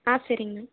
ஆ சரி மேம்